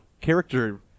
character